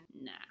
nah